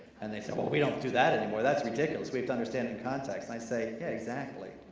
and they said, well, we don't do that anymore! that's ridiculous, we have to understand in context. and i say, yeah, exactly.